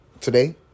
Today